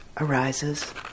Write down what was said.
arises